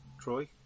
Troy